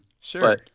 Sure